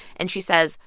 and she says,